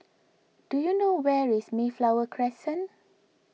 do you know where is Mayflower Crescent